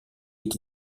est